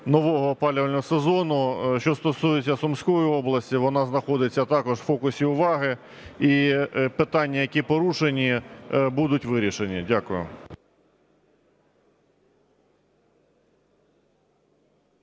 нового опалювального сезону. Що стосується Сумської області, вона знаходиться також у фокусі уваги, і питання, які порушені, будуть вирішені. Дякую.